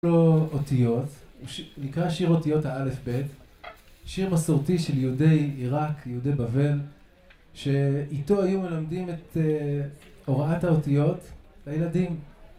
לו אותיות, פשוט הוא נקרא "שיר אותיות האל"ף בי"ת", שיר מסורתי של יהודי עיראק, יהודי בבל, שאיתו היו מלמדים את הוראת האותיות לילדים